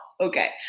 Okay